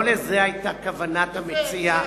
לא לזה היתה כוונת המציע,